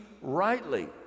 rightly